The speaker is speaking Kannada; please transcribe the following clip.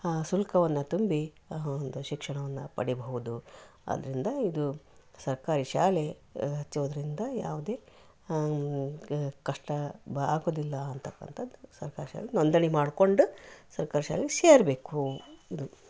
ಆ ಶುಲ್ಕವನ್ನ ತುಂಬಿ ಆ ಒಂದು ಶಿಕ್ಷಣವನ್ನ ಪಡಿಯಬಹುದು ಅದ್ದರಿಂದ ಇದು ಸರ್ಕಾರಿ ಶಾಲೆ ಹಚ್ಚೋದರಿಂದ ಯಾವುದೇ ಕಷ್ಟ ಬ ಆಗೊದಿಲ್ಲ ಅಂತಕ್ಕಂಥದ್ದು ಸರ್ಕಾರಿ ಶಾಲೆ ನೊಂದಣಿ ಮಾಡ್ಕೊಂಡು ಸರ್ಕಾರಿ ಶಾಲೆಗೆ ಸೇರಬೇಕು ಇದು